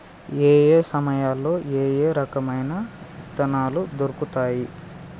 ఏయే సమయాల్లో ఏయే రకమైన విత్తనాలు దొరుకుతాయి?